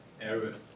areas